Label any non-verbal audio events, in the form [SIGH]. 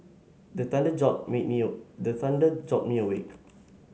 the thunder jolt me [UNINTELLIGIBLE] the thunder jolt me awake